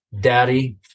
daddy